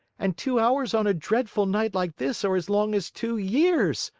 and two hours on a dreadful night like this are as long as two years.